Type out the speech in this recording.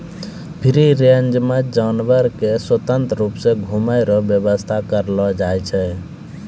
free range मे जानवर के स्वतंत्र रुप से घुमै रो व्याबस्था करलो जाय छै